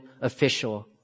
official